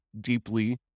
deeply